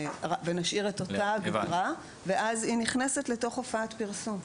ונשאיר את אותה --- ואז היא נכנסת לתוך "הופעת פרסום".